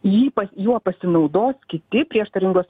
jį pas juo pasinaudos kiti prieštaringos